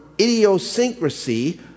idiosyncrasy